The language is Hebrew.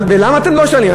ולמה אתם לא שואלים?